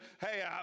hey